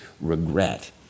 regret